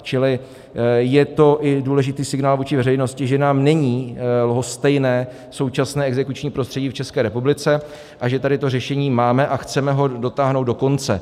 Čili je to i důležitý signál vůči veřejnosti, že nám není lhostejné současné exekuční prostředí v České republice a že tady to řešení máme a chceme ho dotáhnout do konce.